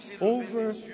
over